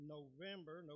November